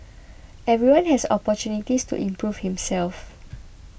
everyone has opportunities to improve himself